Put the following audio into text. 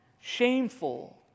shameful